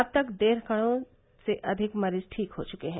अब तक डेढ करोड सेअधिक मरीज ठीक हो चुके हैं